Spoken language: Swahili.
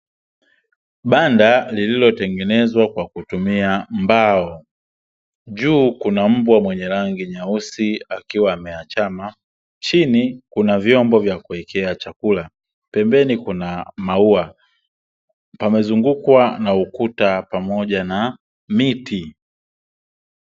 Banda ililotengenezwa kwa kutumia mbao. Juu kuna mbwa mwenye rangi nyeusi akiwa ameachama, chini kuna vyombo vya kuwekea chakula, pembeni kuna maua pamezungukwa na ukuta pamoja na miti.